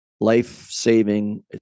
life-saving